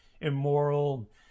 immoral